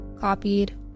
copied